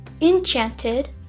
Enchanted